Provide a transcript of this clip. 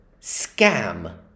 scam